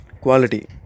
quality